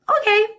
Okay